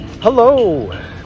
Hello